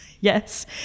Yes